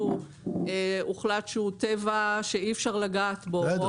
באזור שהוחלט שהוא טבע שאי אפשר לגעת בו לא מאשרים.